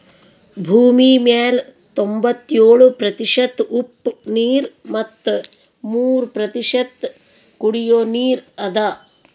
ಭೂಮಿಮ್ಯಾಲ್ ತೊಂಬತ್ಯೋಳು ಪ್ರತಿಷತ್ ಉಪ್ಪ್ ನೀರ್ ಮತ್ ಮೂರ್ ಪ್ರತಿಷತ್ ಕುಡಿಯೋ ನೀರ್ ಅದಾ